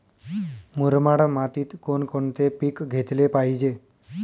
मुरमाड मातीत कोणकोणते पीक घेतले पाहिजे?